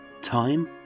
time